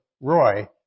Roy